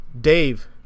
Dave